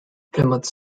plymouth